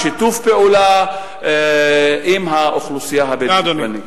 בשיתוף פעולה עם האוכלוסייה הבדואית בנגב.